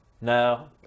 no